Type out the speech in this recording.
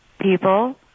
people